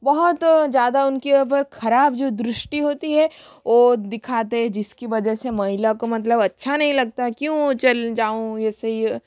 बहुत ज़्यादा उनके ऊपर खराब जो दृष्टि होती है वो दिखाते है जिसकी वजह से महिला को मतलब अच्छा नहीं लगता है क्यों चल जाऊँ ऐसे ही